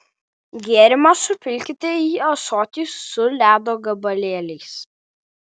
gėrimą supilkite į ąsotį su ledo gabalėliais